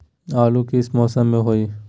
आलू किस मौसम में होई?